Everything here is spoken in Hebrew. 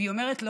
והיא אומרת לו: